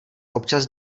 občas